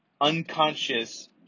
unconscious